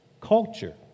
culture